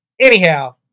Anyhow